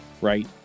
right